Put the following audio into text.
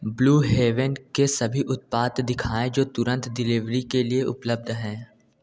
blue Heaven के सभी उत्पाद दिखाएँ जो तुरंत डिलीवरी के लिए उपलब्ध हैं